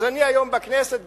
אז אני היום בכנסת,